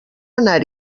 anar